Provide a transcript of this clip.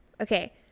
Okay